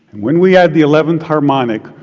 when we add the eleventh harmonic,